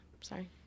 Sorry